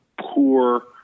poor